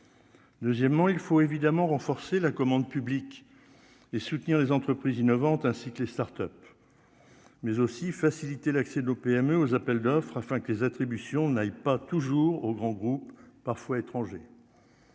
deuxièmement, il faut évidemment renforcer la commande publique et soutenir les entreprises innovantes ainsi que les Start-Up mais aussi faciliter l'accès de au PMU aux appels d'offres afin que les attributions n'aille pas toujours au grand groupes parfois étrangers